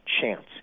chance